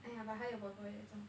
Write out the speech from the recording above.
!aiya! but 她有 boy boy leh 怎么办